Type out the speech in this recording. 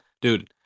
dude